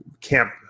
Camp